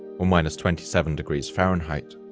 or minus twenty seven degrees fahrenheit.